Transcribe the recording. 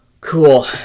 Cool